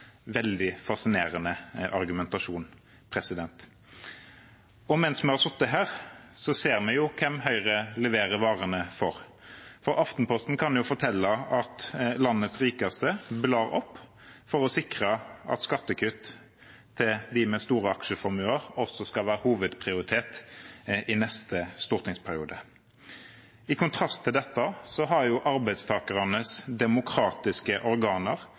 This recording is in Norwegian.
veldig fascinerende argumentasjon. Og mens vi har sittet her, ser vi jo hvem Høyre leverer varene for. Aftenposten kan fortelle at landets rikeste blar opp for å sikre at skattekutt til dem med store aksjeformuer også skal være hovedprioritet i neste stortingsperiode. I kontrast til dette har arbeidstakernes demokratiske organer